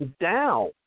down